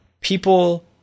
people